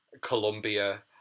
Colombia